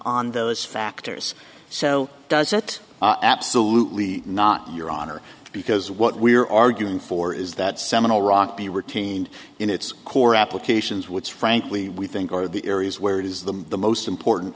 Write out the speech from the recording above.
on those factors so does that absolutely not your honor because what we're arguing for is that seminal rock be retained in its core applications which frankly we think are the areas where it is the most important